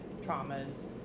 traumas